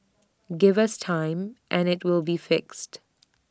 give us time and IT will be fixed